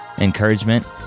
encouragement